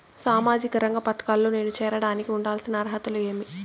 సామాజిక రంగ పథకాల్లో నేను చేరడానికి ఉండాల్సిన అర్హతలు ఏమి?